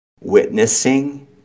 witnessing